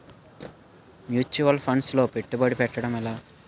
Mutual funds లో పెట్టుబడి పెట్టడం ఎలా?